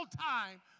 time